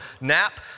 nap